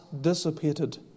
dissipated